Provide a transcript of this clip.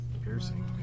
Piercing